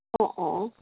অঁ অঁ